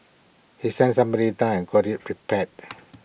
he sent somebody down and got IT repaired